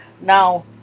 Now